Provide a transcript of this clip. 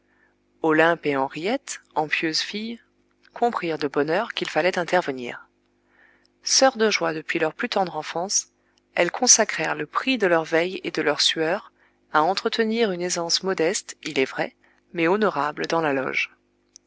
olympe et henriette en pieuses filles comprirent de bonne heure qu'il fallait intervenir sœurs de joie depuis leur plus tendre enfance elles consacrèrent le prix de leurs veilles et de leurs sueurs à entretenir une aisance modeste il est vrai mais honorable dans la loge